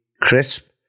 Crisp